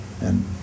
and-